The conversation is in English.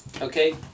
okay